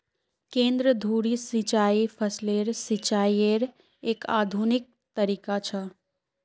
केंद्र धुरी सिंचाई फसलेर सिंचाईयेर एक आधुनिक तरीका छ